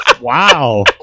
wow